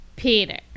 Peter